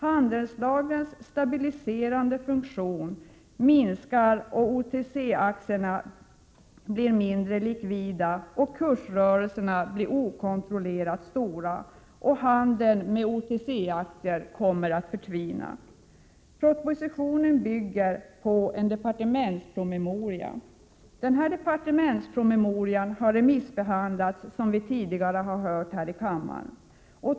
Handelslagrens stabiliserande funktion minskar, OTC aktierna blir mindre likvida och kursrörelserna okontrollerat stora. Handeln med OTC-aktier kommer att förtvina. Propositionen bygger på en departementspromemoria. Denna departementspromemoria har remissbehandlats, som vi har hört tidigare här i kammaren.